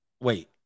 wait